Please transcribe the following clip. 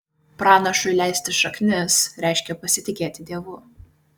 pranašui leisti šaknis reiškia pasitikėti dievu